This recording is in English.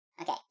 Okay